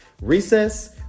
recess